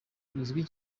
uzwi